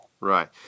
right